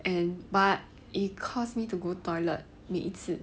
and but it caused me to go toilet 每一次